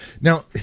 Now